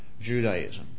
Judaism